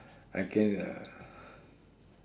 I can uh